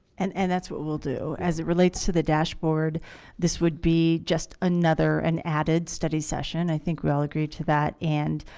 and and that's what we'll do as it relates to the dashboard this would be just another an added study session. i think we all agree to that and